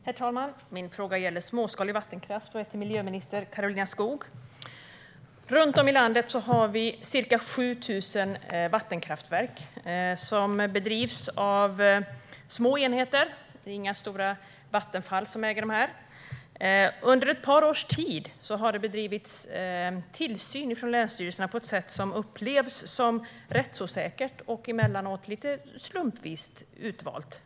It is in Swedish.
Herr talman! Min fråga gäller småskalig vattenkraft och riktar sig till miljöminister Karolina Skog. Runt om i landet finns det ca 7 000 vattenkraftverk som drivs av små enheter - det är inga stora bolag som Vattenfall som äger dessa. Under ett par års tid har länsstyrelserna utövat tillsyn på ett sätt som upplevs som rättsosäkert och ibland med lite slumpvis urval.